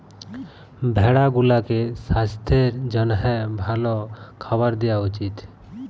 ভেড়া গুলাকে সাস্থের জ্যনহে ভাল খাবার দিঁয়া উচিত